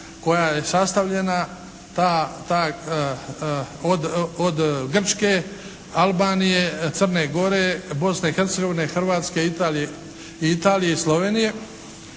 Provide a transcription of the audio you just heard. Jadranskog mora od Grčke, Albanije, Crne Gore, Bosne i Hercegovine, Hrvatske i Italije, da se